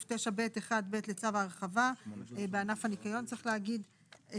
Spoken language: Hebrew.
ערך שעה לעובד ניקיון שמועסק 6 ימים